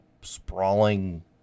sprawling